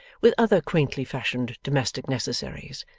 with other quaintly-fashioned domestic necessaries,